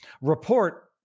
report